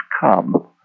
come